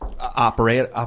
operate